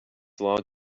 log